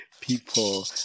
people